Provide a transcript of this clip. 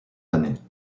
années